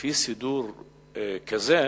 לפי סידור כזה,